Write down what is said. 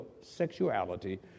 sexuality